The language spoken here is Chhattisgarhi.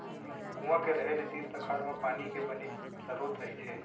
कुँआ के रहें ले तीर तखार म पानी के बने सरोत रहिथे